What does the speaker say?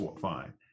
fine